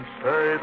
say